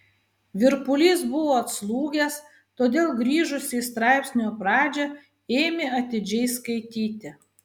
virpulys buvo atslūgęs todėl grįžusi į straipsnio pradžią ėmė atidžiai skaityti